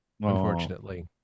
unfortunately